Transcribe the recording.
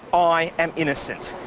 i am innocent.